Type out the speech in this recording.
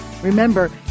Remember